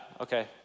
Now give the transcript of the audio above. okay